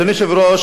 אדוני היושב-ראש,